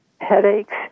headaches